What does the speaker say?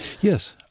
Yes